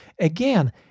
again